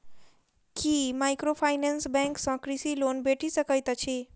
की microfinance bank सँ कृषि loan भेटि सकैत अछि?